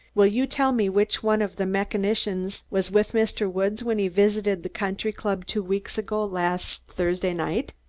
will you tell me which one of the mechanicians was with mr. woods when he visited the country-club two weeks ago last thursday night?